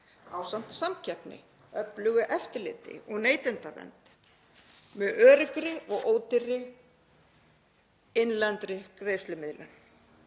ásamt samkeppni, öflugu eftirliti og neytendavernd með öruggri og ódýrri innlendri greiðslumiðlun.